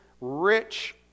rich